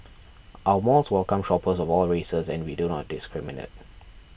our malls welcome shoppers of all races and we do not discriminate